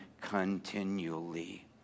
continually